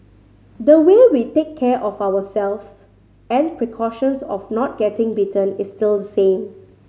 the way we take care of ourselves and precautions of not getting bitten is still the same